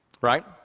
right